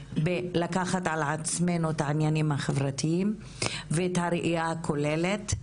לקחת על עצמינו את העניינים החברתיים ואת הראייה הכוללת,